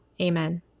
Amen